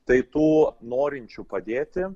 tai tų norinčių padėti